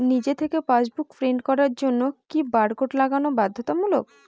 নিজে থেকে passbook print করার জন্য কি বারকোড লাগানো বাধ্যতামূলক?